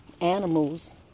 animals